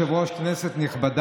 טופורובסקי נכנס